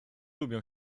lubią